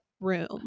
room